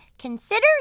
consider